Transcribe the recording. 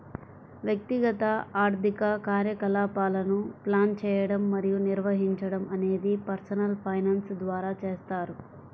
వ్యక్తిగత ఆర్థిక కార్యకలాపాలను ప్లాన్ చేయడం మరియు నిర్వహించడం అనేది పర్సనల్ ఫైనాన్స్ ద్వారా చేస్తారు